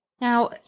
Now